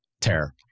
Terror